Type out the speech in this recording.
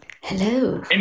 Hello